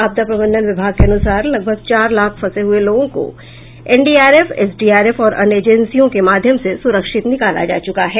आपदा प्रबंधन विभाग के अनुसार लगभग चार लाख फंसे हुए लोगों को एनडीआरएफ एसडीआरएफ और अन्य एजेंसियों के माध्यम से सुरक्षित निकाला जा चुका है